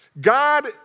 God